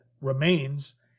remains